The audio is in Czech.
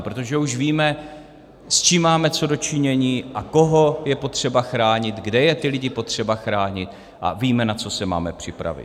Protože už víme, s čím máme co do činění a koho je potřeba chránit, kde je ty lidi potřeba chránit, a víme, na co se máme připravit.